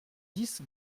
dix